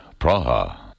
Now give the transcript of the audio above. Praha